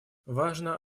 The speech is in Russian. важно